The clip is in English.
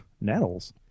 nettles